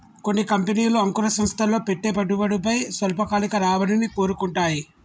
కొన్ని కంపెనీలు అంకుర సంస్థల్లో పెట్టే పెట్టుబడిపై స్వల్పకాలిక రాబడిని కోరుకుంటాయి